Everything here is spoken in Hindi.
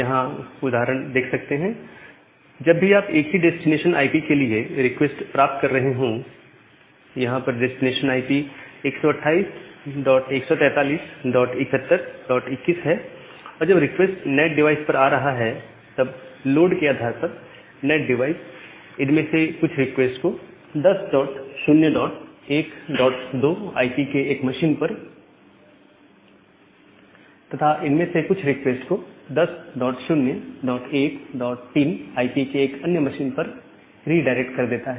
यहां आप यह उदाहरण देख सकते हैं जब भी आप एक ही डेस्टिनेशन आईपी के लिए रिक्वेस्ट प्राप्त कर रहे हो यहां यह डेस्टिनेशन आई पी 1281437121 है और जब रिक्वेस्ट नैट डिवाइस पर आ रहा है तब लोड के आधार पर नैट डिवाइस इनमें से कुछ रिक्वेस्ट को 10012 आईपी के एक मशीन पर तथा इनमें से कुछ रिक्वेस्ट को 10013 आईपी के एक अन्य मशीन पर रीडायरेक्ट कर देता है